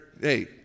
hey